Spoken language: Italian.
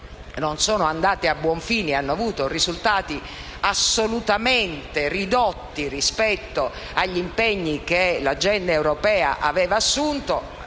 non sono andate a buon fine e hanno avuto risultati assolutamente ridotti rispetto agli impegni che l'Agenda europea aveva assunto